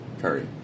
Curry